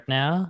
now